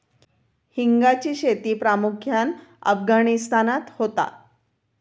हिंगाची शेती प्रामुख्यान अफगाणिस्तानात होता